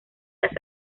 las